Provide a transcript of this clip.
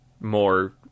more